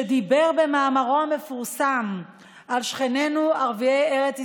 כשדיבר במאמרו המפורסם על שכנינו ערביי ארץ ישראל,